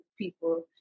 people